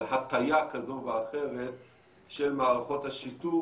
על הטיה כזו או אחרת של מערכות השיטור